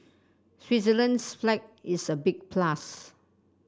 Switzerland's flag is a big plus